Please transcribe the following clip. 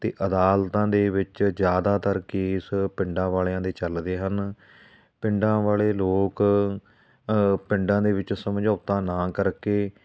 ਅਤੇ ਅਦਾਲਤਾਂ ਦੇ ਵਿੱਚ ਜ਼ਿਆਦਾਤਰ ਕੇਸ ਪਿੰਡਾਂ ਵਾਲਿਆਂ ਦੇ ਚਲਦੇ ਹਨ ਪਿੰਡਾਂ ਵਾਲੇ ਲੋਕ ਪਿੰਡਾਂ ਦੇ ਵਿੱਚ ਸਮਝੌਤਾ ਨਾ ਕਰਕੇ